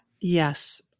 Yes